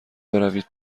بروید